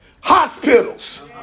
Hospitals